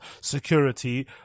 security